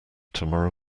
tomorrow